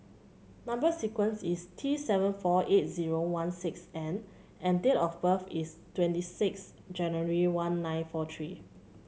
number sequence is T seven four eight zero one six N and date of birth is twenty six January one nine four three